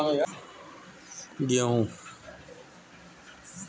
शुष्क खेती में कम पानी वाला फसल उगावल जाला